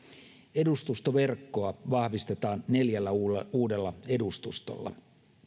edustustoverkkoa vahvistetaan kaiken kaikkiaan neljällä uudella uudella edustustolla